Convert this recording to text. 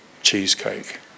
cheesecake